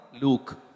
Luke